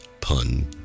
pun